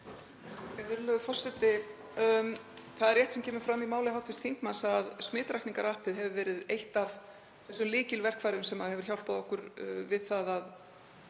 Það er rétt sem fram kemur í máli hv. þingmanns, að smitrakningarappið hefur verið eitt af þessum lykilverkfærum sem hafa hjálpað okkur við að